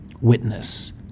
witness